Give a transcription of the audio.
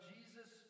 Jesus